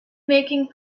making